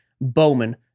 Bowman